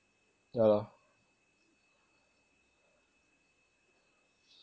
yah lor